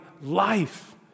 life